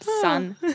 son